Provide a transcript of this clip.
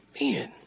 man